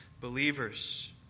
believers